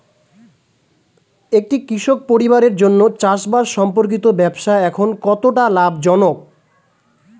একটি কৃষক পরিবারের জন্য চাষবাষ সম্পর্কিত ব্যবসা এখন কতটা লাভজনক?